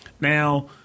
Now